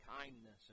kindness